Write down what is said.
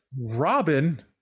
robin